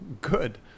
good